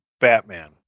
batman